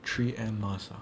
three M masks ah